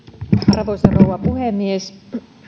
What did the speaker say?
arvoisa rouva puhemies